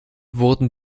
wurden